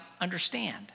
understand